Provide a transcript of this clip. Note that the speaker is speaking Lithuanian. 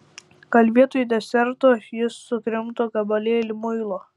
gal vietoj deserto jis sukrimto gabalėlį muilo